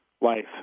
life